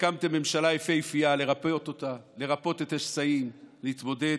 הקמתם ממשלה יפהפייה, לרפא את השסעים, להתמודד,